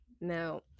now